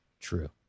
True